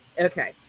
Okay